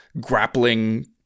grappling